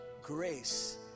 grace